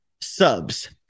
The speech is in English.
subs